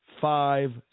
five